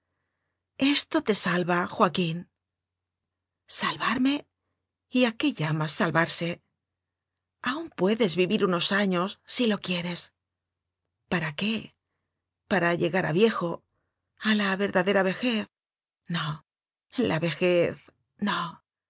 esto te salva joaquín salvarme y a qué llamas salvarse aun puedes vivir unos años silo quieres para qué para llegar a viejo a la ver dadera vejez no la vejez nol